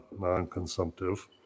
non-consumptive